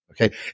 okay